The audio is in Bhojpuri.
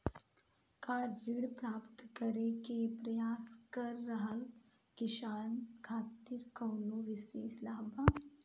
का ऋण प्राप्त करे के प्रयास कर रहल किसान खातिर कउनो विशेष लाभ बा?